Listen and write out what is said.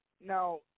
now